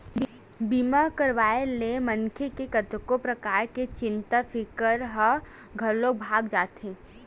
बीमा करवाए ले मनखे के कतको परकार के चिंता फिकर ह घलोक भगा जाथे